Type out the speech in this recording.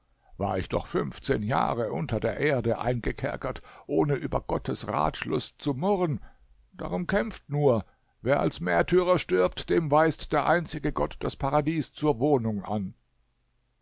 war ich doch fünfzehn jahre unter der erde eingekerkert ohne über gottes ratschluß zu murren darum kämpft nur wer als märtyrer stirbt dem weist der einzige gott das paradies zur wohnung an